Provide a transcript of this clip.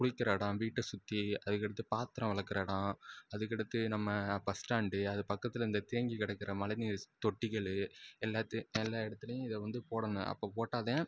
குளிக்கிற எடம் வீட்டை சுற்றி அதுக்கடுத்து பாத்தரம் விளக்குற எடம் அதுக்கடுத்து நம்ம பஸ் ஸ்டாண்டு அது பக்கத்தில் இந்த தேங்கி கடக்கிற மழைநீர் தொட்டிகள் எல்லாத்தையும் எல்லா எடத்துலேயும் இதை வந்து போடணும் அப்போ போட்டால்தான்